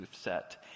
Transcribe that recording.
set